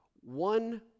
One